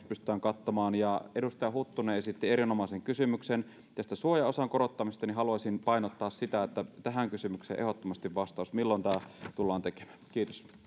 pystytään katsomaan edustaja huttunen esitti erinomaisen kysymyksen tästä suojaosan korottamisesta ja haluaisin painottaa sitä että tähän kysymykseen ehdottomasti vastaus milloin tämä tullaan tekemään kiitos